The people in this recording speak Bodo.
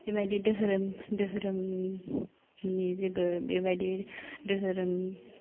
बे बायदि दोहोरोम दोहोरोमनि जेबो बे बायदि दोहोरोम